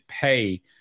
pay